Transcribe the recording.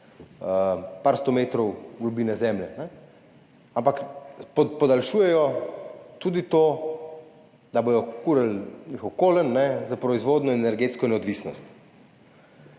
par 100 metrov globine zemlje, ampak podaljšujejo tudi to, da bodo kurili njihov premog za proizvodno in energetsko neodvisnost.